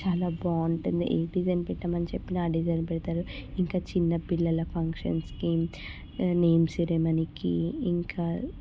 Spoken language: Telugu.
చాలా బాగుంటుంది ఏ డిజైన్ పెట్టమని చెప్పినా ఆ డిజైన్ పెడతారు ఇంకా చిన్న పిల్లల ఫంక్షన్స్కి నేమ్స్ సెరమనికి ఇంకా